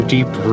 Deep